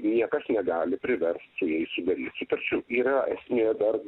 niekas negali priverst su jais sudaryt sutarčių yra esmė dar